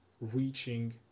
reaching